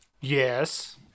Yes